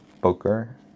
Booker